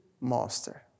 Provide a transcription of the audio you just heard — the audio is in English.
master